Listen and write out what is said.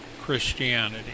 Christianity